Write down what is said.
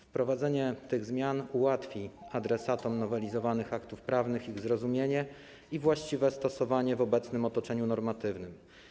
Wprowadzenie tych zmian ułatwi adresatom nowelizowanych aktów prawnych ich zrozumienie i właściwe stosowanie w obecnym otoczeniu normatywnym.